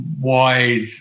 wide